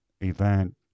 event